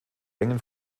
engen